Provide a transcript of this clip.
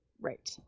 right